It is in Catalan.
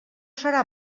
serà